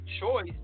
choice